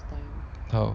how